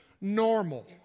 normal